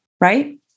right